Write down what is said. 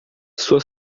sua